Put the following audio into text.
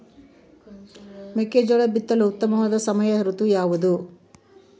ಮೆಕ್ಕೆಜೋಳ ಬಿತ್ತಲು ಉತ್ತಮವಾದ ಸಮಯ ಋತು ಯಾವುದು?